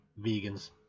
vegans